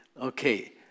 okay